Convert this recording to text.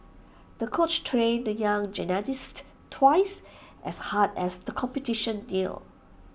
the coach trained the young gymnast twice as hard as the competition neared